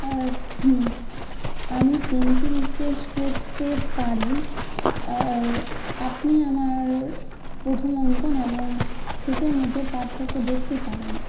আমি pencil sketch করতে পারি আপনি আমার প্রথম অঙ্কন এবং শেষের মধ্যে পার্থক্য দেখতে পারেন